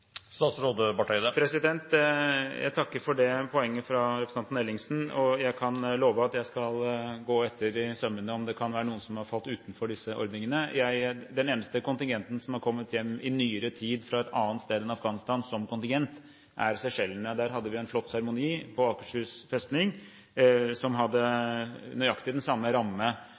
Jeg takker for det poenget fra representanten Ellingsen. Jeg kan love at jeg skal gå etter i sømmene om det kan være noen som har falt utenfor disse ordningene. Den eneste kontingenten som har kommet hjem i nyere tid fra et annet sted enn Afghanistan, har kommet fra Seychellene. Da hadde vi en flott seremoni på Akershus festning som hadde nøyaktig den samme